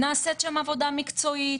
נעשית עבודה מקצועית,